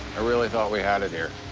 i really thought we had it here.